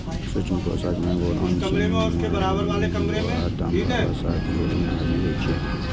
सूक्ष्म पोषक मे बोरोन, जिंक, मैगनीज, लोहा, तांबा, वसा, क्लोरिन आदि होइ छै